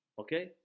Okay